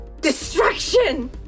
destruction